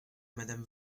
madame